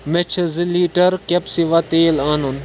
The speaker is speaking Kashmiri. مےٚ چھ زٕ لیٖٹر کیپِوا تیلہٕ تیٖل اَنُن